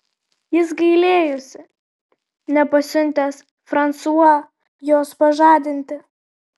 jis gailėjosi nepasiuntęs fransua jos pažadinti